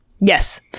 Yes